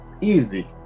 Easy